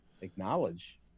acknowledge